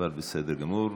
אבל בסדר גמור.